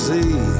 See